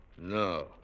No